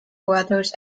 brothers